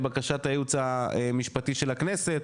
לבקשת הייעוץ המשפטי של הכנסת,